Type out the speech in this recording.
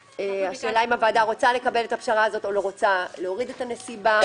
השאלה אם הוועדה רוצה לקבל פשרה זו או שמה להוריד את הנסיבה.